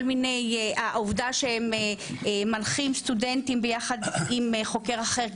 העובדה שהם מנחים סטודנטים ביחד עם חוקר אחר,